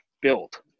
built